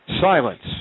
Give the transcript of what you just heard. Silence